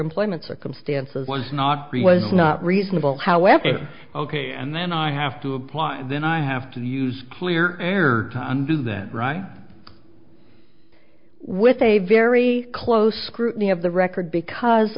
employment circumstances was not was not reasonable however ok and then i have to apply then i have to use clear air time and do that right with a very close scrutiny of the record because